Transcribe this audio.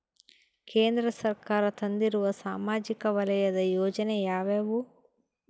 ಕೇಂದ್ರ ಸರ್ಕಾರ ತಂದಿರುವ ಸಾಮಾಜಿಕ ವಲಯದ ಯೋಜನೆ ಯಾವ್ಯಾವು?